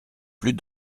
plus